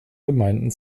gemeinden